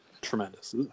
Tremendous